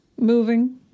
moving